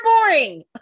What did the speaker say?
boring